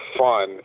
fun